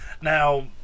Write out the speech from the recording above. Now